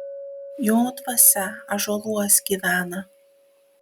jo dvasia ąžuoluos gyvena